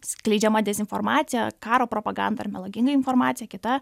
skleidžiama dezinformacija karo propaganda ar melaginga informacija kita